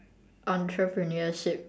entrepreneurship